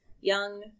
young